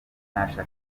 nashaka